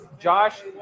Josh